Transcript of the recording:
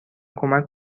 کمک